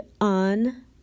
on